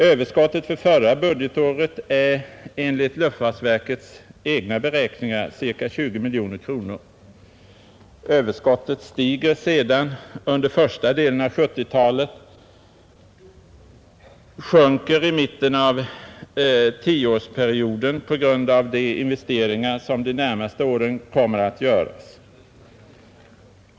Överskottet för förra budgetåret är enligt luftfartsverkets egna beräkningar ca 20 miljoner kronor. Överskottet stiger sedan under första delen av 1970-talet men sjunker i mitten av tioårsperioden på grund av de investeringar som de närmaste åren kommer att göras.